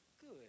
Good